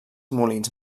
molins